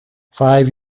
five